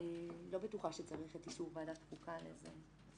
אני לא בטוחה שצריך את אישור ועדת חוקה לזה.